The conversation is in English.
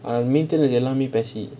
அவன்:avan maintanance basic